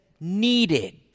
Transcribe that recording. needed